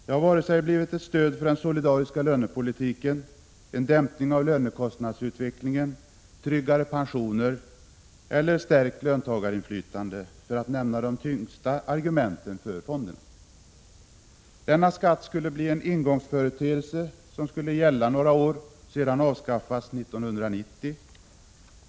De har inte inneburit vare sig ett stöd för den solidariska lönepolitiken, en dämpning av lönekostnadsutvecklingen, tryggare pensioner eller stärkt löntagarinflytande, för att nämna de tyngsta argumenten för fonderna. Vinstdelningsskatten skulle bli en engångsföretelse som skulle gälla några år och sedan avskaffas 1990.